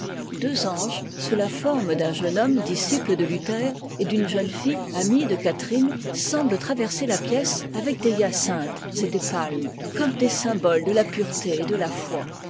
deux anges sous la forme d'un jeune homme disciple de luther et d'une jeune fille amie de catherine semblent traverser la pièce avec des hyacinthes et des palmes comme des symboles de la pureté et de la foi